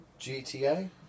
GTA